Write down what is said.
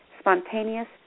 spontaneous